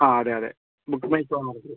ആ അതെ അതെ ബുക്ക് മൈ ഷോ എന്ന് പറഞ്ഞിട്ട്